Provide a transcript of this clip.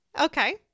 Okay